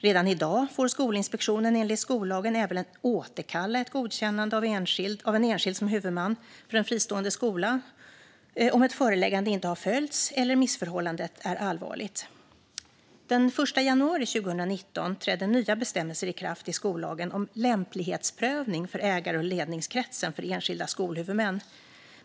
Redan i dag får Skolinspektionen enligt skollagen även återkalla ett godkännande av en enskild som huvudman för en fristående skola om ett föreläggande inte har följts eller missförhållandet är allvarligt. Den 1 januari 2019 trädde nya bestämmelser i kraft i skollagen om lämplighetsprövning för ägar och ledningskretsen för enskilda skolhuvudmän.